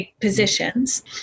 positions